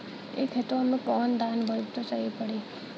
ए खेतवा मे कवन धान बोइब त सही पड़ी?